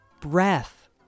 breath